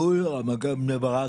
גבול רמת גן-בני ברק,